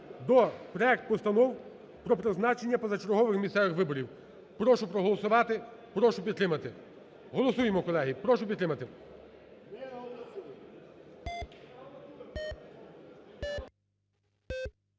до проектів постанов про призначення позачергових місцевих виборів. Прошу проголосувати. Прошу підтримати. Голосуємо, колеги. Прошу підтримати.